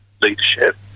leadership